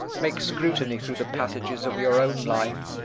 make scrutiny through the passages of your own life,